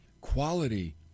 quality